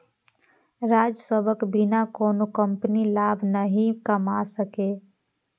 राजस्वक बिना कोनो कंपनी लाभ नहि कमा सकैए